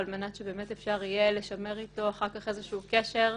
על מנת שבאמת אפשר יהיה לשמר אתו אחר כך איזשהו קשר,